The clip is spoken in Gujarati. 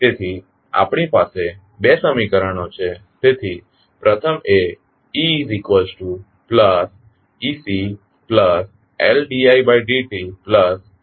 તેથી આપણી પાસે બે સમીકરણો છે તેથી પ્રથમ એ etectLd itd tRitછે